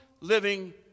living